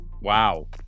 Wow